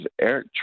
Eric